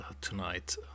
tonight